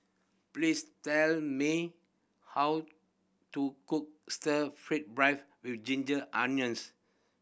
please tell me how to cook Stir Fry beef with ginger onions